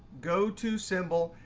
go to symbol,